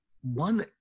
one